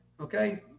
okay